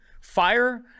fire